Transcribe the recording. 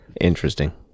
Interesting